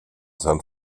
san